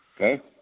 Okay